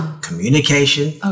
communication